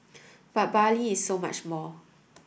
but Bali is so much more